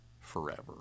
forever